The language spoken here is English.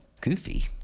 goofy